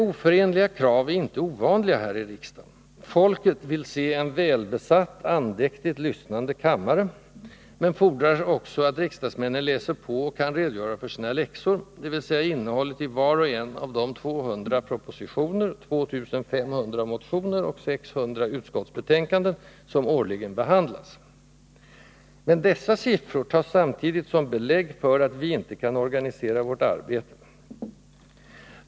Oförenliga krav är inte ovanliga här i riksdagen: folket vill se en välbesatt, andäktigt lyssnande kammare, men fordrar också att riksdagsmännen läser på och kan redogöra för sina läxor, dvs. innehållet i var och en av de 200 propositioner, 2 500 motioner och 600 utskottsbetänkanden som årligen behandlas. Men dessa siffror tas samtidigt som belägg för att vi inte kan organisera vårt arbete.